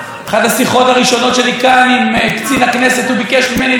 אמרתי: אם הצירים האלה לגיטימיים ובטוחים לתושבי ההתיישבות,